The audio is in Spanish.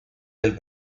del